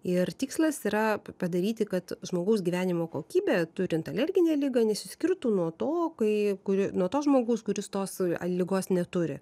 ir tikslas yra padaryti kad žmogaus gyvenimo kokybė turint alerginę ligą nesiskirtų nuo to kai kuri nuo to žmogaus kuris tos ligos neturi